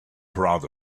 proud